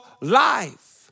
life